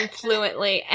fluently